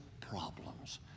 problems